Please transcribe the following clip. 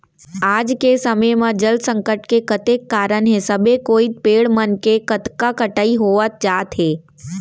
आज के समे म जल संकट के कतेक कारन हे सबे कोइत पेड़ मन के कतका कटई होवत जात हे